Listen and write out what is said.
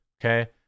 okay